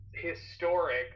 historic